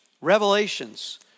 revelations